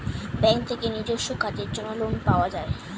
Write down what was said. bank থেকে নিজস্ব কাজের জন্য লোন পাওয়া যায়